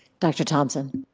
dr. thompson?